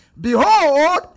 behold